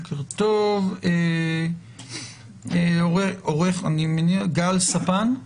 בוקר טוב, גל ספן,